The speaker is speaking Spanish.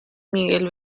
miguel